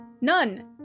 None